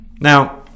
Now